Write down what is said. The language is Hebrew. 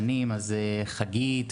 ופוגש סמים בשטח אותם אנחנו רואים יותר.